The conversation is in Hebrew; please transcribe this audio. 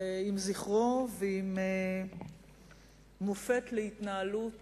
עם זכרו ועם מופת להתנהלות